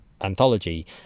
anthology